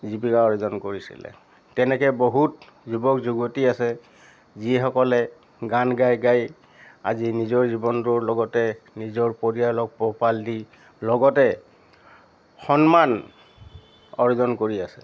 জীৱিকা অৰ্জন কৰিছিলে তেনেকৈ বহুত যুৱক যুৱতী আছে যিসকলে গান গাই গাই আজি নিজৰ জীৱনটোৰ লগতে নিজৰ পৰিয়ালক পোহপাল দি লগতে সন্মান অৰ্জন কৰি আছে